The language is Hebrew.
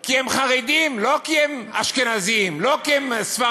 כי הם חרדים, לא כי הם אשכנזים, לא כי הם ספרדים.